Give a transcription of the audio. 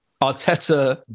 Arteta